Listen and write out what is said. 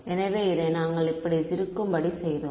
எனவே இதை நாங்கள் இப்படி இருக்கும்படி செய்தோம்